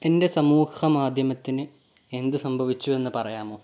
എന്റെ സമൂഹമാധ്യമത്തിന് എന്തു സംഭവിച്ചു എന്ന് പറയാമോ